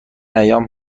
ایام